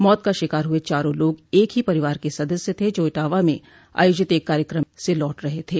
मौत का शिकार हुए चारों लोग एक ही परिवार सदस्य थे जो इटावा में आयोजित एक कार्यक्रम से लौट रहे थे